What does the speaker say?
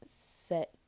set